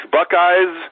Buckeyes